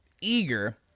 eager